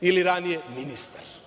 ili ranije ministar.